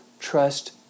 trust